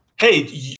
hey